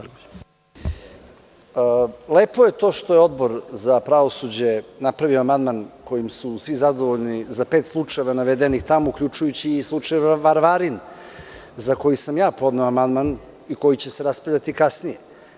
Lepo je to što je Odbor za pravosuđe napravio amandman kojim su svi zadovoljni za pet slučajeva navedenih tamo, uključujući i slučaj Varvarin za koji sam ja podneo amandman i koji će se raspravljati kasnije.